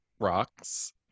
Rocks